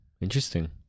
Interesting